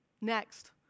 Next